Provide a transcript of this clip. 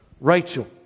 Rachel